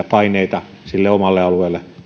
paineita tuoda sille omalle alueelle